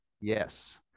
Yes